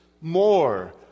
more